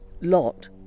lot